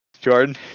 Jordan